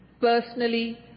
personally